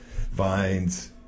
Vines